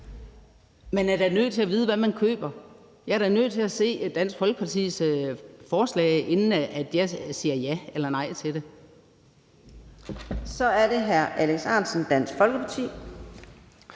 Man er da nødt til at vide, hvad man køber. Jeg er da nødt til at se Dansk Folkepartis forslag, inden jeg siger ja eller nej til det. Kl. 10:43 Fjerde næstformand (Karina